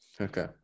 okay